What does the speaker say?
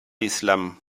islam